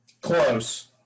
close